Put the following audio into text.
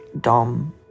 dom